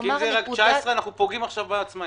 כי אם זה יהיה רק 19' אנחנו פוגעים עכשיו בעצמאים.